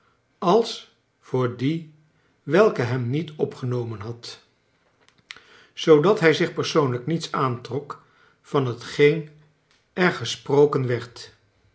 als voor die welke hem niet opgenomen had zoo dat hij zich persoonlijk niets aantrok van hetgeen er gesproken werd